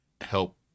help